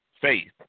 faith